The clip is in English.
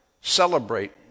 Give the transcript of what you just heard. celebrate